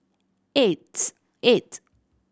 eighth eight